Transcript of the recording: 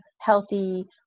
healthy